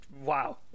wow